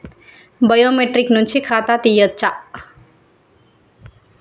Biometric నుంచి ఖాతా తీయచ్చా?